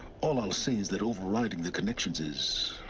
all i'll say is that overriding the connections is.